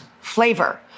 flavor